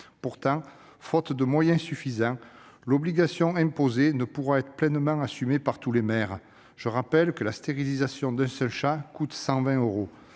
Faute de moyens suffisants, l'obligation imposée ne pourra être pleinement assumée par tous les maires. Je rappelle que la stérilisation d'un seul chat coûte 120 euros.